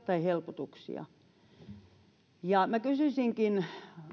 tai helpotuksia minä kysyisinkin